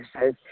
says